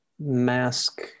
mask